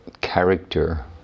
character